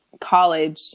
college